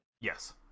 Yes